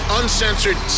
uncensored